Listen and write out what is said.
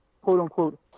quote-unquote